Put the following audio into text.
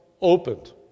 opened